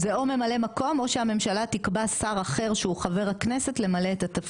זה או ממלא מקום או שהממשלה תקבע שר אחר שהוא חבר הכנסת למלא את התפקיד.